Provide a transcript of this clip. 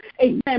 Amen